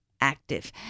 active